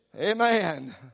Amen